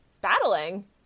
battling